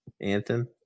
Anthem